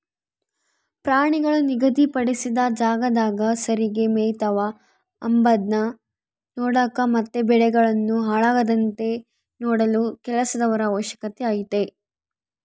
ಪ್ರಾಣಿಗಳು ನಿಗಧಿ ಪಡಿಸಿದ ಜಾಗದಾಗ ಸರಿಗೆ ಮೆಯ್ತವ ಅಂಬದ್ನ ನೋಡಕ ಮತ್ತೆ ಬೆಳೆಗಳನ್ನು ಹಾಳಾಗದಂತೆ ನೋಡಲು ಕೆಲಸದವರ ಅವಶ್ಯಕತೆ ಐತೆ